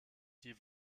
die